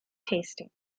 tasting